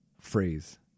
phrase